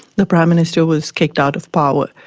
the prime minister was kicked out of power.